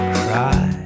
cry